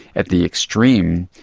at the extreme,